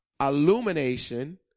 Illumination